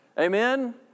Amen